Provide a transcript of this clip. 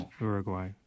Uruguay